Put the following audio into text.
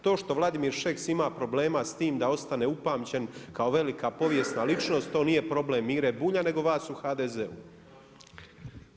To što Vladimir Šeks ima problema s tim da ostane upamćen kao velika povijesna ličnost, to nije problem Mire Bulje, nego vas u HDZ-u.